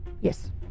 Yes